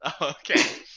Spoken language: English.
Okay